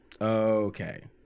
Okay